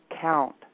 count